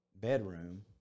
bedroom